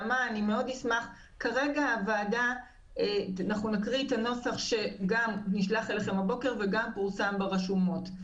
אנחנו נקריא כרגע את הנוסח שנשלח אליכם הבוקר ופורסם ברשומות.